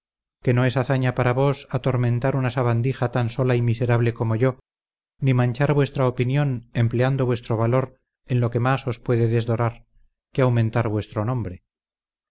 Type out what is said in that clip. que no es hazaña para vos atormentar una sabandija tan sola y miserable como yo ni manchar vuestra opinión empleando vuestro valor en lo que más os puede desdorar que aumentar vuestro nombre